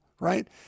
right